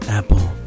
apple